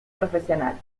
profesional